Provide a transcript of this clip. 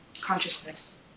consciousness